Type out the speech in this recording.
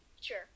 Sure